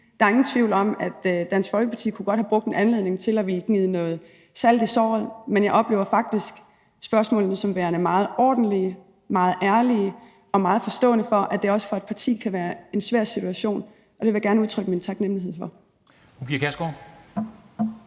der er ingen tvivl om, at Dansk Folkeparti godt kunne have brugt en anledning til at ville gnide noget salt i såret, men jeg oplever faktisk spørgsmålene som værende meget ordentlige, meget ærlige og med meget forståelse for, at det også for et parti kan være en svær situation. Det vil jeg gerne udtrykke min taknemlighed over.